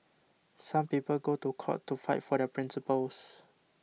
some people go to court to fight for their principles